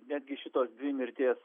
netgi šitos dvi mirties